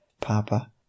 Papa